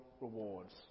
rewards